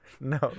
No